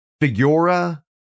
Figura